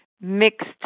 mixed